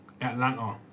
Atlanta